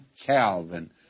Calvin